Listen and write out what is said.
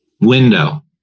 window